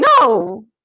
no